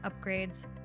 upgrades